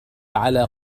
على